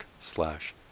slash